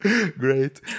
Great